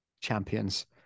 champions